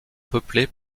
peuplés